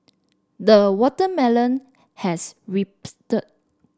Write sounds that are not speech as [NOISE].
the watermelon has [UNINTELLIGIBLE]